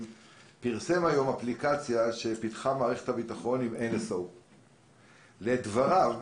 פרסם היום אפליקציה שפתחה מערכת הביטחון עם NSO. לדבריו,